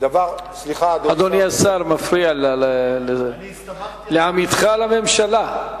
אדוני השר, אתה מפריע לעמיתך לממשלה.